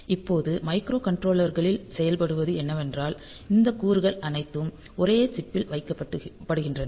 இப்போது மைக்ரோகண்ட்ரோலர்களில் செய்யப்படுவது என்னவென்றால் இந்த கூறுகள் அனைத்தும் ஒரே சிப் பில் வைக்கப்படுகின்றன